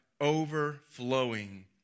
overflowing